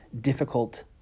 difficult